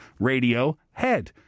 Radiohead